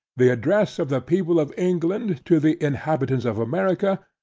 the address of the people of england to the inhabitants of america,